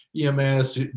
EMS